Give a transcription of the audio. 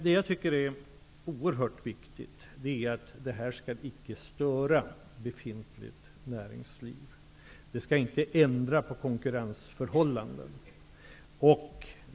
Det är emellertid oerhört viktigt att dessa åtgärder inte får styra befintligt näringsliv. De skall inte ändra på konkurrensförhållandena.